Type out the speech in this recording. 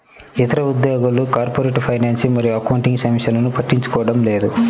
ఇతర ఉద్యోగులు corporate finance మరియు అకౌంటింగ్ సమస్యలను పట్టించుకోవడం లేదు